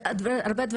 תודה רבה.